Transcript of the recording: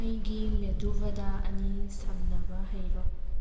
ꯑꯩꯒꯤ ꯃꯦꯗꯨꯚꯗꯥ ꯑꯅꯤ ꯁꯝꯅꯕ ꯍꯩꯔꯣ